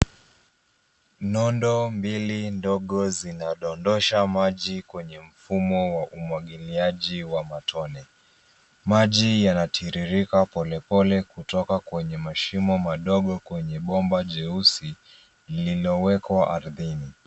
Nondo mbili ndogo zinadondosha maji kwenye mfumo wa umwagiliaji wa matone. Maji yanatiririka polepole kutoka kwenye mashimo madogo kwenye bomba jeusi lililowekwa ardhini.